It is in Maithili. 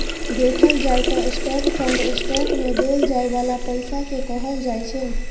देखल जाइ त स्टाक फंड स्टॉक मे देल जाइ बाला पैसा केँ कहल जाइ छै